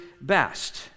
best